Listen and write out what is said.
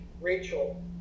Rachel